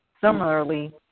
Similarly